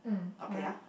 mm correct